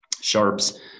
sharps